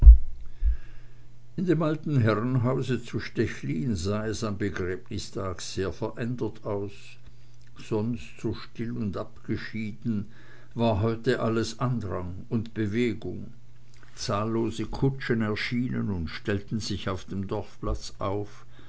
in dem alten herrenhause zu stechlin sah es am begräbnistage sehr verändert aus sonst so still und abgeschieden war heute alles andrang und bewegung zahllose kutschen erschienen und stellten sich auf dem dorfplatz auf